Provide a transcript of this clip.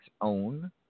own